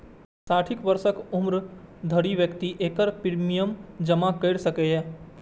साठि वर्षक उम्र धरि व्यक्ति एकर प्रीमियम जमा कैर सकैए